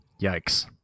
Yikes